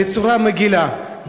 בצורה מגעילה,